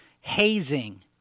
Hazing